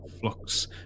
Flux